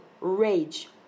rage